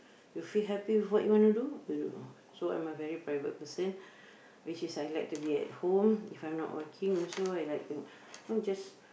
you feel happy with what you wanna do you do so I'm a very private person which is I like to be at home if I'm not working also